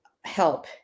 help